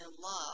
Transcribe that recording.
love